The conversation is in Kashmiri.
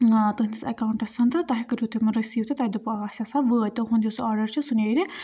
آ تُہٕنٛدِس اٮ۪کاوُنٛٹَسَن تہٕ تۄہہِ کٔرِو تِم رٔسیٖو تہٕ تۄہہِ دوٚپوُ آ اَسہِ ہَسا وٲتۍ تُہُںٛد یُس آڈَر چھِ سُہ نیرِ